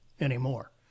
anymore